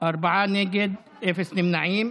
ארבעה נגד, אפס נמנעים.